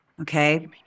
Okay